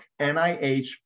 NIH